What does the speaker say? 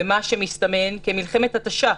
במה שמסתמן כמלחמת התשה,